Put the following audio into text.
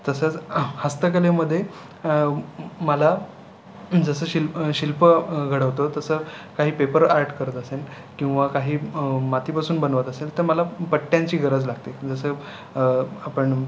तसंच हस्तकलेमध्ये मला जसं शिल्प शिल्प घडवतो तसं काही पेपर आर्ट करत असेन किंवा काही मातीपासून बनवत असेल तर मला पट्ट्यांची गरज लागते जसं आपण